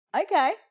Okay